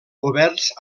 oberts